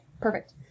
Perfect